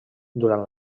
durant